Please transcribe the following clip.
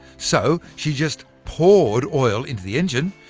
so she just poured oil into the engine,